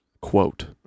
quote